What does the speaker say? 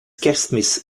kerstmis